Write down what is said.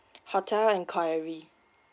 hotel inquiry